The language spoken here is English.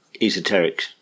esoteric